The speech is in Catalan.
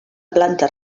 planta